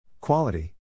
Quality